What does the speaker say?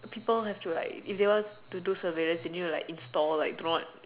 people have to like if they want to do surveillance they need to install like don't know what